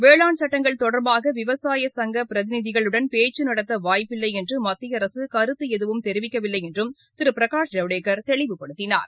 வேளான் சட்டங்கள் தொடர்பாக விவசாய சங்கப் பிரதிநிதிகளுடன் பேச்சுநடத்தவாய்ப்பு இல்லைஎன்றுமத்தியஅரசுகருத்துஎதுவும் தெரிவிக்கவில்லைஎன்றும் திருபிரனஷ் ஜவடேகர் தெளிவுபடுத்தினார்